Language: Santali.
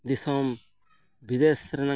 ᱜᱩᱲ ᱯᱤᱴᱷᱟᱹ ᱞᱮᱴᱚ